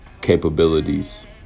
Capabilities